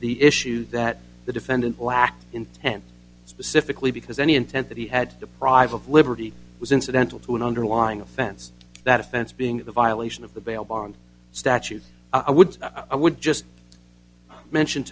the issue that the defendant black intent specifically because any intent that he had deprived of liberty was incidental to an underlying offense that offense being a violation of the bail bond statute i would i would just mention